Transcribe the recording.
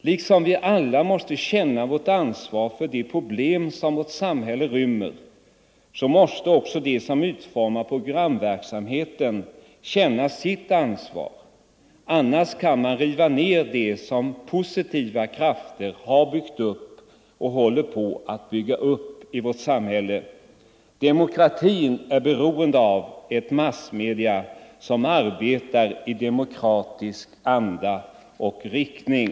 Liksom vi alla måste känna vårt ansvar för de problem som vårt samhälle rymmer, måste också de som utformar programverksamheten känna sitt ansvar, annars kan man riva ner det som positiva krafter har byggt upp och håller på att bygga upp i vårt samhälle. Demokratin är beroende av att massmedia arbetar i demokratisk anda och riktning.